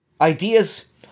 Ideas